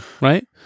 right